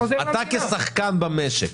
אתה כשחקן במשק.